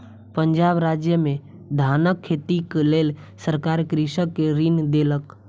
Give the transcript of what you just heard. पंजाब राज्य में धानक खेतीक लेल सरकार कृषक के ऋण देलक